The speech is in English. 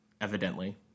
evidently